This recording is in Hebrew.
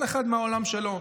כל אחד מהעולם שלו.